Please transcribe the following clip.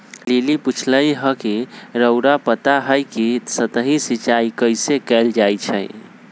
lily पुछलई ह कि रउरा पता हई कि सतही सिंचाई कइसे कैल जाई छई